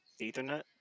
Ethernet